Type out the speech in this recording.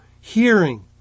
hearing